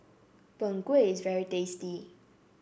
Png Kueh is very tasty